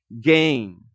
gain